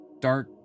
dark